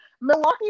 Milwaukee